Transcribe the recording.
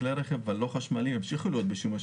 כלי הרכב הלא חשמליים ימשיכו להיות בשימוש,